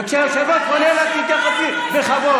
וכשהיושב-ראש פונה אליך, תתייחסי בכבוד.